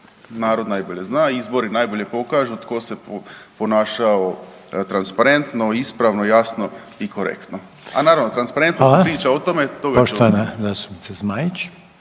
Narod najbolje zna i izbori najbolje pokažu tko se ponašao transparentno, ispravno, jasno i korektno. A naravno, o transparentnosti priča o tome .../Upadica: Hvala./...